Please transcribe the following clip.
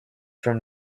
from